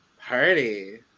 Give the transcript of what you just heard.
party